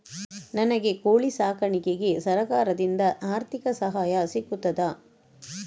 ನನಗೆ ಕೋಳಿ ಸಾಕಾಣಿಕೆಗೆ ಸರಕಾರದಿಂದ ಆರ್ಥಿಕ ಸಹಾಯ ಸಿಗುತ್ತದಾ?